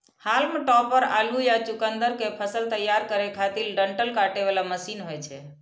हाल्म topper आलू या चुकुंदर के फसल तैयार करै खातिर डंठल काटे बला मशीन होइ छै